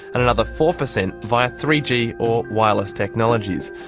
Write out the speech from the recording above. and another four percent via three g or wireless technologies.